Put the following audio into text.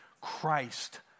Christ